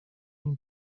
این